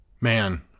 Man